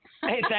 Hey